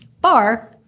bar